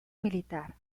militar